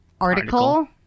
Article